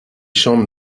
chambres